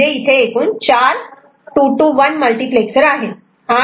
म्हणजे इथे एकूण चार 2 to 1 मल्टिप्लेक्सर आहेत